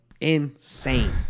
Insane